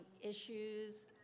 issues